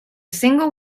single